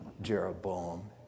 Jeroboam